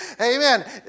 amen